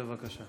בבקשה.